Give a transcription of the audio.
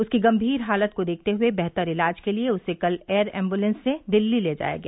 उसकी गम्भीर हालत को देखते हुए बेहतर इलाज के लिए उसे कल एयर एम्बुलेंस से दिल्ली ले जाया गया